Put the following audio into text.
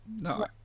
no